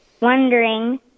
wondering